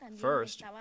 First